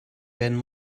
werden